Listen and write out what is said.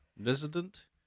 Resident